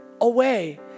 away